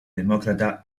demócrata